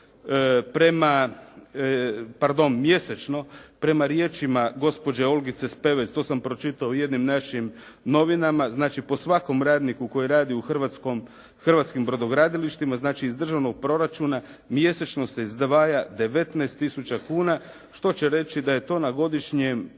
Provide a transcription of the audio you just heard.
prema, pardon mjesečno, prema riječima gospođe Olgice Spevec to sam pročitao u jednim našim novinama, znači po svakom radniku koji radi u Hrvatskim brodogradilištima, znači iz državnog proračuna mjesečno se izdvaja 19 tisuća kuna što će reći da je to na godišnjoj